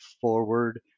forward